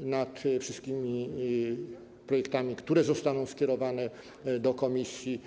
nad wszystkimi projektami, które zostaną skierowane do komisji.